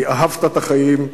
כי אהבת את החיים,